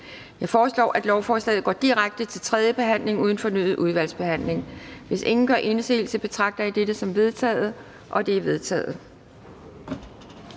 Jeg foreslår, at lovforslaget går direkte til tredje behandling uden fornyet udvalgsbehandling. Hvis ingen gør indsigelse, betragter jeg dette som vedtaget. Det er vedtaget.